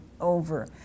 over